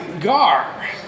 Gar